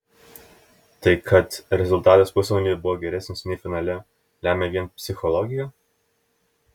tai kad rezultatas pusfinalyje buvo geresnis nei finale lemia vien psichologija